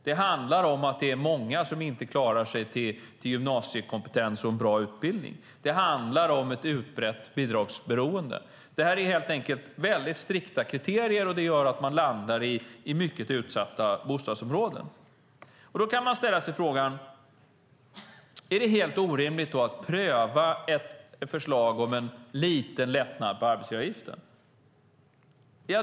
Det handlar om att det är många som inte klarar sig till gymnasiekompetens och en bra utbildning. Det handlar om ett utbrett bidragsberoende. Det är helt enkelt mycket strikta kriterier, och det gör att man landar i mycket utsatta bostadsområden. Då kan man ställa sig frågan: Är det helt orimligt att pröva ett förslag om en liten lättnad på arbetsgivaravgiften?